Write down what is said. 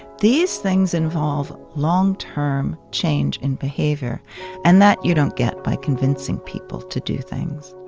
these things involve long-term change in behavior and that you don't get by convincing people to do things